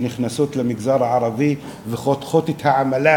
שנכנסות למגזר הערבי וחותכות את העמלה